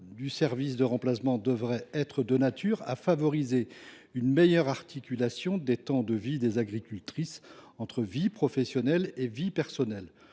des services de remplacement devrait être de nature à favoriser une meilleure articulation des temps de vie des agricultrices, entre vie professionnelle et vie personnelle.